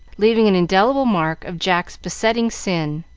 leaving an indelible mark of jack's besetting sin,